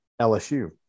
LSU